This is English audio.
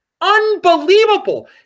Unbelievable